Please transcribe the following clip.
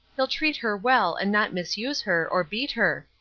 he'll treat her well and not misuse her, or beat her,